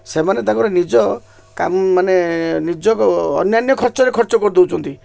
ସେମାନେ ତାଙ୍କର ନିଜ କାମ ମାନେ ନିଜକୁ ଅନ୍ୟାନ୍ୟ ଖର୍ଚ୍ଚରେ ଖର୍ଚ୍ଚ କରି ଦେଉଛନ୍ତି